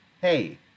hey